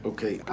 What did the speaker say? Okay